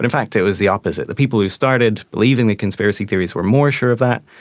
and fact it was the opposite. the people who started believing the conspiracy theories were more sure of that,